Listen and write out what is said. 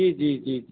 जी जी जी